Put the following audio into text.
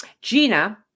Gina